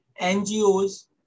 NGOs